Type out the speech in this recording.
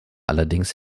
allerdings